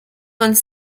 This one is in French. vingt